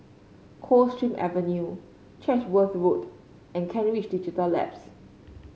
Coldstream Avenue Chatsworth Road and Kent Ridge Digital Labs